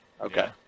Okay